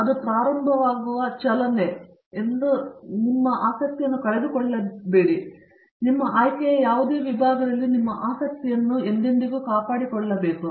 ಅದು ಪ್ರಾರಂಭವಾಗುವ ಚಲನೆ ಎಂದರೆ ನೀವು ನಿಮ್ಮ ಆಸಕ್ತಿಯನ್ನು ಕಳೆದುಕೊಳ್ಳುತ್ತೀರಿ ಆದ್ದರಿಂದ ನಿಮ್ಮ ಆಯ್ಕೆಯ ಯಾವುದೇ ವಿಭಾಗದಲ್ಲಿ ನಿಮ್ಮ ಆಸಕ್ತಿಯನ್ನು ಕಾಪಾಡಿಕೊಳ್ಳಬೇಕು